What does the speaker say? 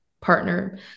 partner